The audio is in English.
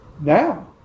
Now